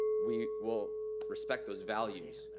we will respect those values,